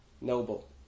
noble